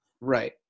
Right